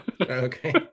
Okay